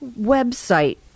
website